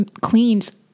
queens